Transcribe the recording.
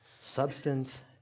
substance